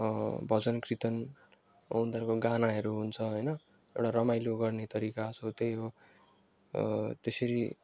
भजन कीर्तन उनीहरूको गानाहरू हुन्छ होइन एउटा रमाइलो गर्ने तरिका सो त्यही हो त्यसरी